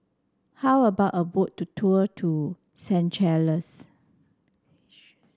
how about a boat to tour to Seychelles